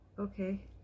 Okay